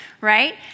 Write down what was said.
right